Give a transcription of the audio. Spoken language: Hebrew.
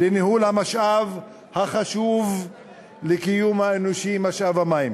לניהול המשאב החשוב לקיום האנושי, משאב המים,